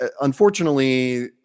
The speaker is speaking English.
unfortunately